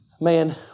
Man